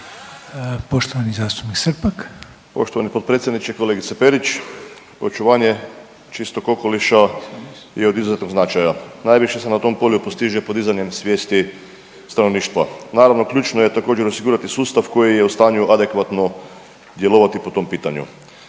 **Srpak, Dražen (HDZ)** Poštovani potpredsjedniče, kolegice Perić, očuvanje čistog okoliša je od izuzetnog značaja. Najviše se na tom polju postiže podizanjem svijesti stanovništva. Naravno ključno je također osigurati sustav koji je u stanju adekvatno djelovati po tom pitanju